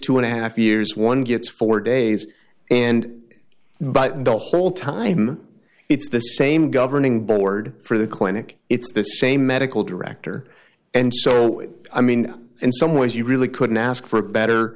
two and a half years one gets four days and but the whole time it's the same governing board for the clinic it's the same medical director and so i mean in some ways you really couldn't ask for a better